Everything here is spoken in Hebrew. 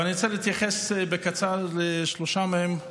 אבל אני רוצה להתייחס בקצרה לשלוש מהן.